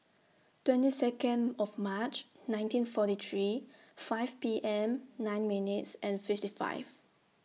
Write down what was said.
twenty Second of March nineteen forty three five P M nine minutes fifty one